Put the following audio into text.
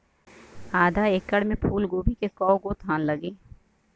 आधा एकड़ में फूलगोभी के कव गो थान लागी?